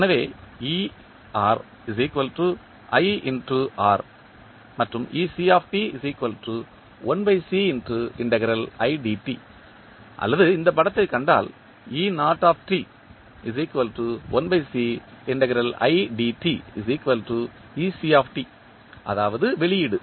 எனவே மற்றும் அல்லது இந்த படத்தைக் கண்டால் அதாவது வெளியீடு